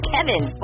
Kevin